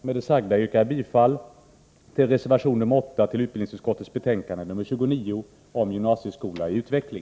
Med det sagda yrkar jag bifall till reservation nr 8 till utbildningsutskottets betänkande nr 29 om gymnasieskola i utveckling.